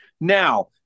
Now